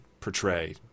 portray